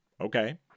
okay